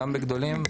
גם בגדולים,